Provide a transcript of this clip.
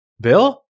Bill